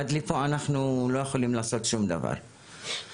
עד לפה אנחנו לא יכולים לעשות שום דבר וזהו.